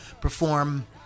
perform